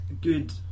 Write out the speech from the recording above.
good